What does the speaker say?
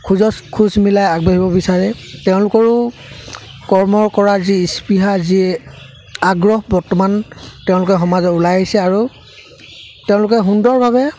খোজত খোজ মিলাই আগবাঢ়িব বিচাৰে তেওঁলোকৰো কৰ্ম কৰা যি স্পৃহা যি আগ্ৰহ বৰ্তমান তেওঁলোকে সমাজত ওলাই আহিছে আৰু তেওঁলোকে সুন্দৰভাৱে